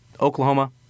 Oklahoma